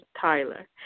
Tyler